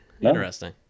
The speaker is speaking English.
Interesting